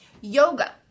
yoga